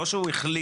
לא שהוא החליט.